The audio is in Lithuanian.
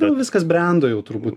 nu viskas brendo jau turbūt